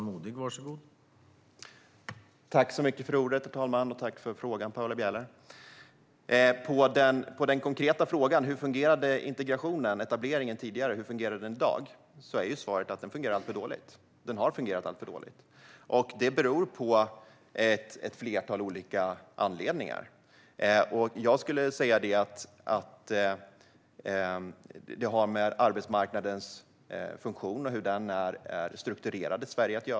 Herr talman! Tack, Paula Bieler, för frågan! På den konkreta frågan om hur integrationen och etableringen fungerade tidigare och hur den fungerar i dag är svaret att den fungerar alltför dåligt och att den har fungerat alltför dåligt. Det finns ett flertal olika anledningar till detta. Jag skulle säga att det har att göra med arbetsmarknadens funktion och hur den är strukturerad i Sverige.